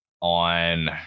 on